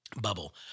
bubble